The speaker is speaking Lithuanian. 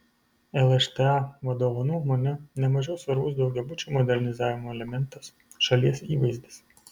lšta vadovo nuomone ne mažiau svarbus daugiabučių modernizavimo elementas šalies įvaizdis